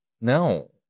No